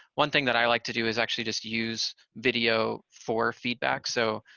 one thing that i like to do is actually just use video for feedback so,